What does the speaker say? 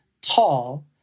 tall